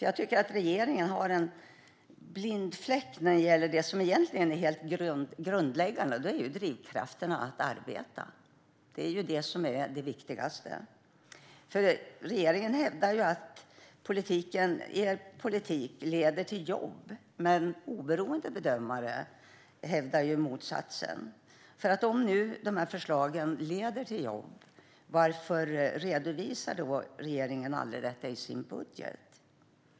Jag tycker att regeringen har en blind fläck när det gäller det som egentligen är helt grundläggande: drivkraften att arbeta. Detta är det viktigaste. Regeringen hävdar att dess politik leder till jobb. Men oberoende bedömare hävdar ju motsatsen. Om nu dessa förslag leder till jobb, varför redovisar då regeringen aldrig detta i sin budget?